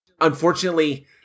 unfortunately